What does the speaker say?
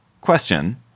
Question